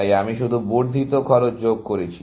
তাই আমি শুধু বর্ধিত খরচ যোগ করছি